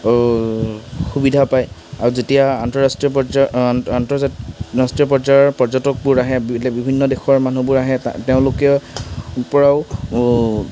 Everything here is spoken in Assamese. সুবিধা পায় আৰু যেতিয়া আন্তঃৰাষ্ট্ৰীয় পৰ্যায়ৰ আন্তঃৰাষ্ট্ৰীয় পৰ্যায়ৰ পৰ্যটকবোৰ আহে বিভিন্ন দেশৰ মানুহবোৰ আহে তা তেওঁলোকৰ পৰাও